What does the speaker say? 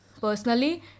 Personally